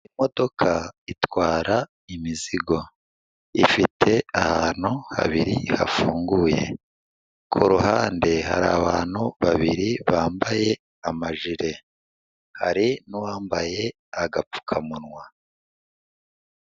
Imodoka itwara imizigo, ifite ahantu habiri hafunguye, ku ruhande hari abantu babiri bambaye amajire, hari nuwambaye agapfukamunwa.